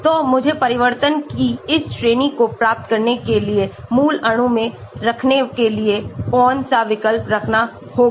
तो मुझे परिवर्तन की इस श्रेणी को प्राप्त करने के लिए मूल अणु में रखने के लिए कौन सा विकल्प रखना होगा